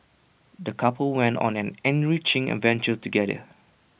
the couple went on an enriching adventure together